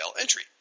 entry